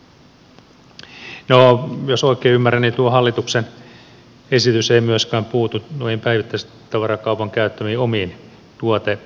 no jos oikein ymmärrän niin tuo hallituksen esitys ei myöskään puutu noihin päivittäistavarakaupan käyttämiin omiin tuotemerkkeihin